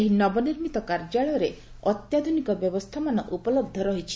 ଏହି ନବନିର୍ମିତ କାର୍ଯ୍ୟାଳୟରେ ଅତ୍ୟାଧୁନିକ ବ୍ୟବସ୍ଗାମାନ ଉପଲହ୍ସ ରହିଛି